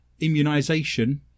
immunisation